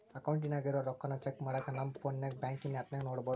ಅಕೌಂಟಿನಾಗ ಇರೋ ರೊಕ್ಕಾನ ಚೆಕ್ ಮಾಡಾಕ ನಮ್ ಪೋನ್ನಾಗ ಬ್ಯಾಂಕಿನ್ ಆಪ್ನಾಗ ನೋಡ್ಬೋದು